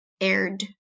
aired